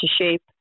shape